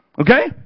Okay